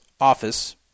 office